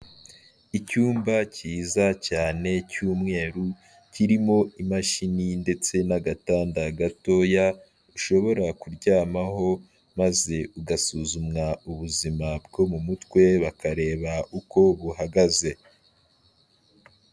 Icyumba cyiza cyane cy'umweru, kirimo imashini ndetse n'agatanda gatoya, ushobora kuryamaho maze ugasuzumwa ubuzima bwo mu mutwe, bakareba uko buhagaze.